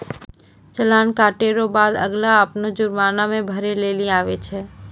चालान कटे रो बाद अगला अपनो जुर्माना के भरै लेली आवै छै